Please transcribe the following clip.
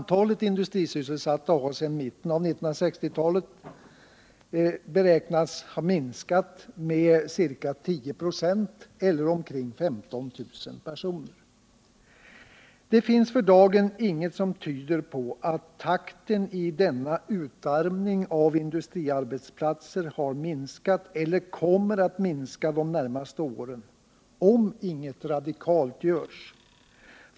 Antalet industrisysselsatta beräknas sedan mitten av 1960-talet ha minskat med ca 10 96 eller omkring 15 000 personer. Det finns för dagen inget som tyder på att takten i denna utarmning i fråga om industriarbetsplatser har minskat eller kommer att minska de närmaste åren, om inget radikalt görs.